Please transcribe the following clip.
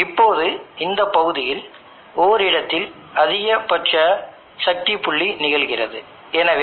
இப்போது நான் ஒரு கோட்டை வரைகிறேன் எனவே எனக்கு பீக் பவர் பாயிண்ட் உள்ளது பின்னர் இந்த கோடானது IV வளைவில் வெட்டும் புள்ளி ஆப்பரேட்டிங் பாயின்ட் ஆகும்